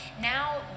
Now